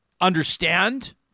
understand